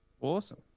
Awesome